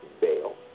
bail